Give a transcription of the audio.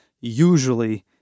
usually